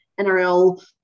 NRL